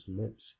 lips